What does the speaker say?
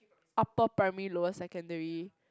upper primary lower secondary